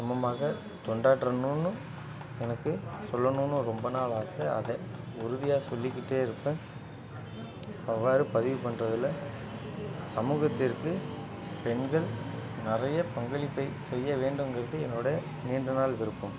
சமமாக கொண்டாரனும்ன்னு எனக்கு சொல்லணும்ன்னு ரொம்ப நாள் ஆசை அதை உறுதியாக சொல்லிகிட்டே இருப்பேன் அவ்வாறு பதிவு பண்ணுறதுல சமுகத்திற்கு பெண்கள் நிறையா பங்களிப்பை செய்ய வேண்டும்குறது என்னுடைய நீண்ட நாள் விருப்பம்